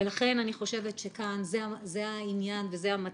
לכן אני חושבת שכאן זה העניין וזה המצב,